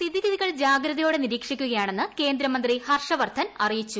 സ്ഥിതിഗതികൾ ജാഗ്രതയോടെ നിരീക്ഷിക്കുകയ്ക്കുണെന്ന് കേന്ദ്രമന്ത്രി ഹർഷ വർദ്ധൻ അറിയിച്ചു